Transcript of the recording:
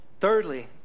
Thirdly